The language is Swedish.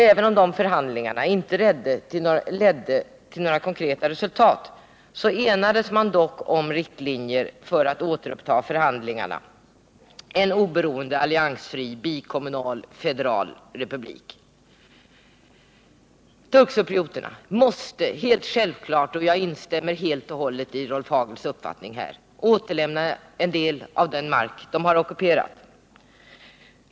Även om dessa förhandlingar inte ledde till några konkreta resultat enades man dock om riktlinjer för att återuppta förhandlingar om en oberoende, alliansfri, bikommunal och federal republik. Turkcyprioterna måste självfallet återlämna en del av den mark de ockuperat.